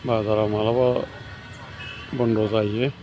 बाजाराव मालाबा बन्द' जायो